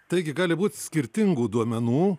taigi gali būt skirtingų duomenų